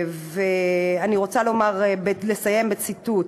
ואני רוצה לסיים בציטוט